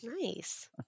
Nice